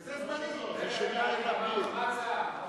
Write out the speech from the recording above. שזה זמני, מה ההצעה?